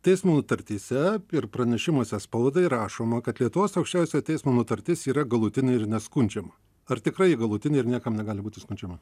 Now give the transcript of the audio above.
teismų nutartyse ir pranešimuose spaudai rašoma kad lietuvos aukščiausiojo teismo nutartis yra galutinė ir neskundžiama ar tikrai ji galutinė ir niekam negali būti skundžiama